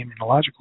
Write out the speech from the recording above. immunological